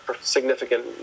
significant